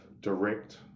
direct